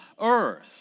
earth